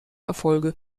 erfolge